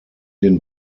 den